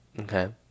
Okay